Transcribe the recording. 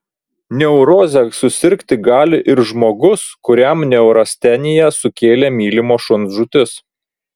neuroze susirgti gali ir žmogus kuriam neurasteniją sukėlė mylimo šuns žūtis